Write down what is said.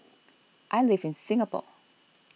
I live in Singapore